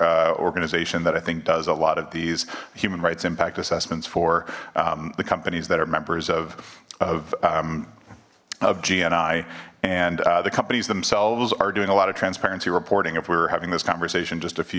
organization that i think does a lot of these human rights impact assessments for the companies that are members of of of gni and the companies themselves are doing a lot of transparency reporting if we were having this conversation just a few